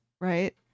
right